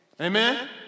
Amen